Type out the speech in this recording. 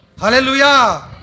Hallelujah